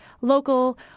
local